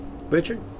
Richard